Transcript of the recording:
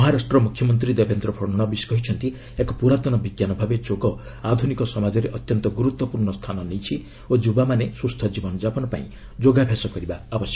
ମହାରାଷ୍ଟ୍ର ମୁଖ୍ୟମନ୍ତ୍ରୀ ଦେବେନ୍ଦ୍ର ଫଡ୍ଣବୀସ କହିଛନ୍ତି ଏକ ପୁରାତନ ବିଜ୍ଞାନ ଭାବେ ଯୋଗ ଆଧୁନିକ ସମାଜରେ ଅତ୍ୟନ୍ତ ଗୁରୁତ୍ୱପୂର୍ଣ୍ଣ ସ୍ଥାନ ନେଇଛି ଓ ଯୁବାମାନେ ସୁସ୍ଥ ଜୀବନ ଯାପନ ପାଇଁ ଯୋଗାଭ୍ୟାସ କରିବା ଉଚିତ